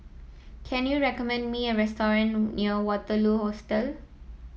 can you recommend me a restaurant near Waterloo Hostel